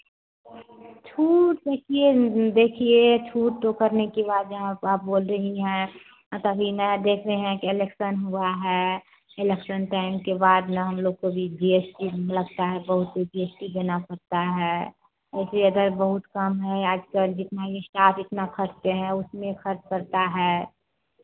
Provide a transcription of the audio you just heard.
छूट देखिए देखिए छूट तो करने की बात जहाँ पे आप बोल रही हैं तभी ना देख रहे हैं कि एलेक्सन हुआ है इलेक्सन टाइम के बाद ना हम लोग को भी जी एस टी लगता है बहुत कुछ जी एस टी देना पड़ता है ऐसे अदर बहुत काम है आज कल जितना ये स्टाफ़ इतना खटते हैं उसमें खर्च पड़ता है